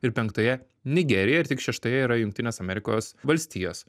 ir penktoje nigerija ir tik šeštoje yra jungtinės amerikos valstijos